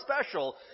special